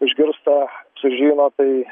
išgirsta sužino tai